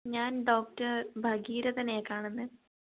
ഞാൻ ഡോക്ടർ ഭഗീരതനേയാ കാണുന്നത്